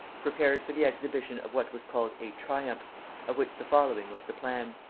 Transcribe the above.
prepared for the exhibition of what was called a triumph of which the following was the plan.